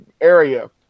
area